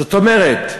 זאת אומרת,